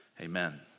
Amen